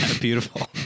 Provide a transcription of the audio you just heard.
beautiful